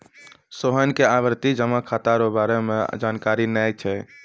सोहन के आवर्ती जमा खाता रो बारे मे जानकारी नै छै